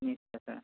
নিশ্চয় ছাৰ